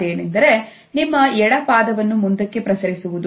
ಅದೇನೆಂದರೆ ನಿಮ್ಮ ಎಡಪಾದವನ್ನು ಮುಂದಕ್ಕೆ ಪ್ರಸರಿಸುವುದು